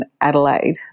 Adelaide